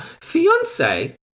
Fiance